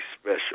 special